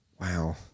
Wow